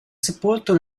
sepolto